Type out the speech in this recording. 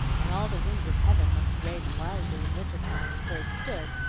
and all the winds of heaven must rage wildly in winter time, for it stood,